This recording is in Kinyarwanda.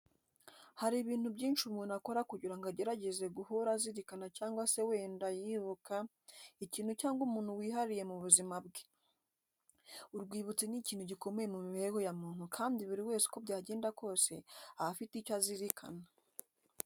Hari ibintu byinshi umuntu akora kugira ngo agerageze guhora azirikana cyangwa se wenda yibuka ikintu cyangwa umuntu wihariye mu buzima bwe. Urwibutso ni ikintu gikomeye mu mibereho ya muntu kandi buri wese uko byagenda kose aba afite icyo azirikana.